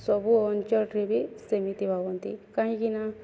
ସବୁ ଅଞ୍ଚଳରେ ବି ସେମିତି ଭାବନ୍ତି କାହିଁକିନା